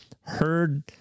heard